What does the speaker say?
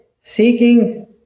seeking